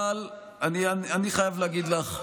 אבל אני חייב להגיד לך,